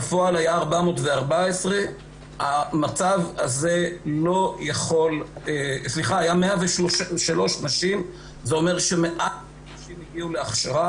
בפועל היה 103. זה אומר שמעט נשים הגיעו להכשרה,